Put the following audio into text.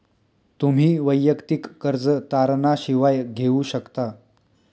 तुम्ही वैयक्तिक कर्ज तारणा शिवाय घेऊ शकता